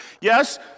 Yes